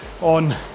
on